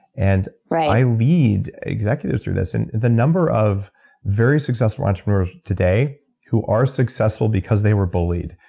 and i lead executives through this. and the number of very successful entrepreneurs today who are successful because they were bullied,